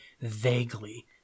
vaguely